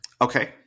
Okay